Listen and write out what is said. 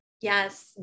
Yes